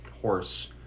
horse